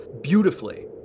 beautifully